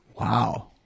Wow